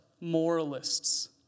moralists